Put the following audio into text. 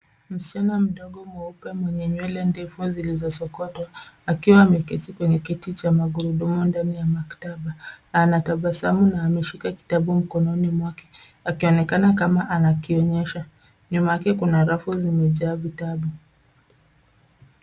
Msichana mdogo mweupe mwenye nywele ndefu zilizosokotwa, akiwa ameketi kwenye kiti cha magurudumu ndani ya maktaba. Anatabasamu na ameshika kitabu mkononi mwake, akionekana kama anakionyesha. Nyuma yake kuna rafu zimejaa vitabu.